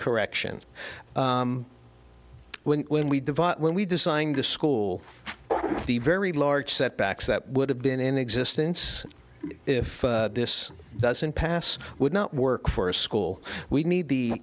correction when when we divide when we designed a school the very large set backs that would have been in existence if this doesn't pass would not work for a school we need the